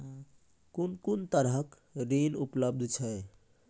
कून कून तरहक ऋण उपलब्ध छै?